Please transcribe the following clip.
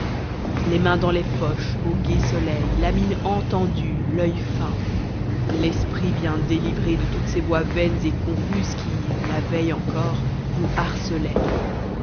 les mains dans les poches au gai soleil la mine entendue l'œil fin l'esprit bien délivré de toutes ces voix vaines et confuses qui la veille encore vous harcelaient